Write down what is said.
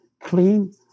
clean